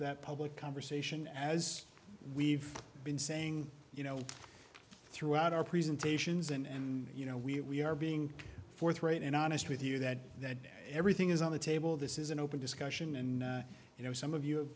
that public conversation as we've been saying you know throughout our presentations and you know we are being forthright and honest with you that that everything is on the table this is an open discussion and you know some of you